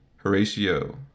Horatio